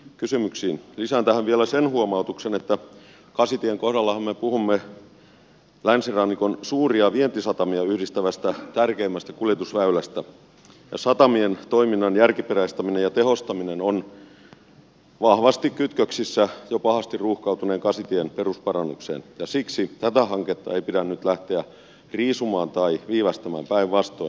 lisään tähän vielä sen huomautuksen että kasitien kohdallahan me puhumme tärkeimmästä länsirannikon suuria vientisatamia yhdistävästä kuljetusväylästä ja satamien toiminnan järkiperäistäminen ja tehostaminen on vahvasti kytköksissä jo pahasti ruuhkautuneen kasitien perusparannukseen ja siksi tätä hanketta ei pidä nyt lähteä riisumaan tai viivästämään päinvastoin